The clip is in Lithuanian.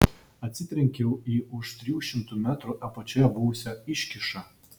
atsitrenkiau į už trijų šimtų metrų apačioje buvusią iškyšą